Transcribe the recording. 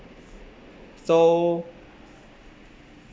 so